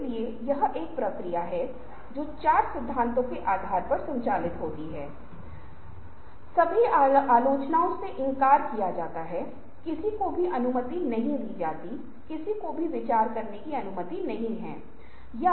अब जो नए शब्द पेश किए गए हैं उन्हें मस्तिष्क लेखन के रूप में जाना जाता है जब आप देखते हैं कि बुद्धिशीलता एक मुखर गतिविधिवोकल Activity है